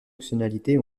fonctionnalités